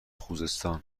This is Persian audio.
خوزستان